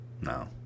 No